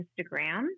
Instagram